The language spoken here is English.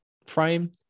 frame